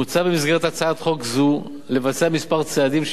מוצע במסגרת הצעת חוק זו לבצע צעדים מספר